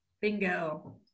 Bingo